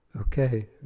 Okay